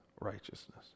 righteousness